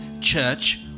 church